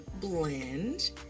Blend